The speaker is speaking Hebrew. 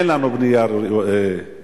אין לנו בנייה רוויה,